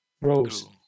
rose